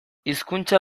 hizkuntza